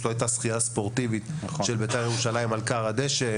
זאת היתה זכייה ספורטיבית של בית"ר ירושלים על כר הדשא.